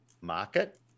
market